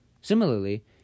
Similarly